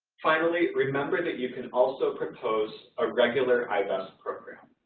finally, remember that you can also propose a regular i-best program.